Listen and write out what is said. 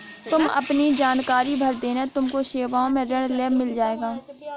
तुम अपने जानकारी भर देना तुमको सेवाओं में ऋण टैब मिल जाएगा